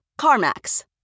CarMax